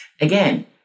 Again